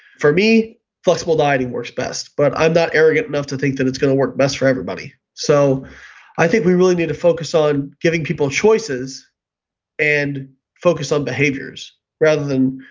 for me flexible dieting works best, but i'm not arrogant enough to think that it's going to work best for everybody. so i think we really need to focus on giving people choices and focus on behaviors rather than